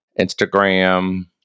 Instagram